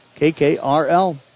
KKRL